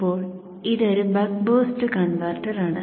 ഇപ്പോൾ ഇതൊരു buck boost കൺവെർട്ടറാണ്